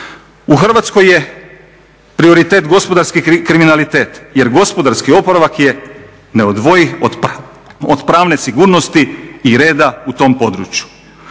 U Hrvatskoj je prioritet gospodarski kriminalitet jer gospodarski oporavak je neodvojiv od pravne sigurnosti i reda u tom području.